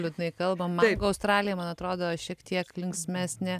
liūdnai kalbam mango australija man atrodo šiek tiek linksmesnė